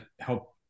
help